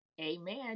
amen